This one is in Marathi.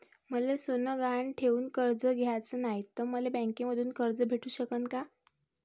मले सोनं गहान ठेवून कर्ज घ्याचं नाय, त मले बँकेमधून कर्ज भेटू शकन का?